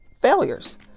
failures